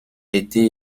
été